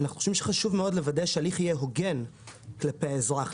אנחנו חושבים שחשוב מאוד לוודא שההליך יהיה הוגן כלפי האזרח.